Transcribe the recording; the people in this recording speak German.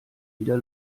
wieder